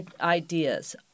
ideas